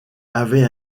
avait